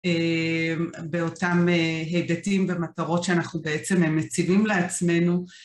אאאמ באותם היבטים ומטרות שאנחנו בעצם מציבים לעצמנו.